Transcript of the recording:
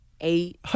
eight